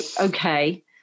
okay